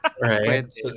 Right